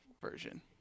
version